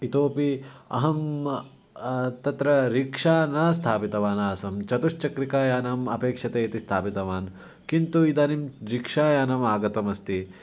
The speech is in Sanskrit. इतोपि अहं तत्र रिक्षा न स्थापितवानासं चतुश्चक्रिकायानम् अपेक्षते इति स्थापितवान् किन्तु इदानीं रिक्षायानमागतमस्ति